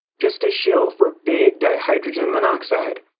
just a shill for big dihydrogen-monoxide